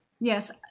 Yes